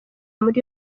muri